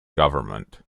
government